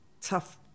tough